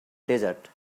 desert